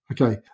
okay